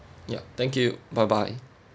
yup thank you bye bye